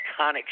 iconic